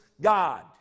God